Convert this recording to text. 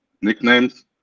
nicknames